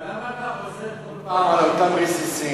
אבל למה אתה חוזר כל פעם על אותם רסיסים?